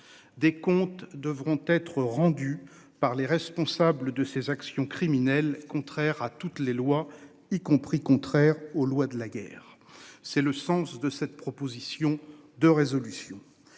Des comptes devront être rendues par les responsables de ces actions criminelles, contraire à toutes les lois, y compris contraires aux lois de la guerre. C'est le sens de cette proposition de résolution